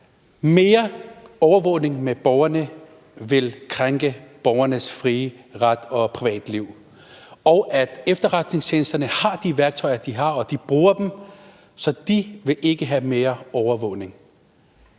mere overvågning af borgerne vil krænke borgernes frie ret og privatliv, og at efterretningstjenesterne har de værktøjer, de har brug for, og at de bruger dem, så de vil ikke have mere overvågning.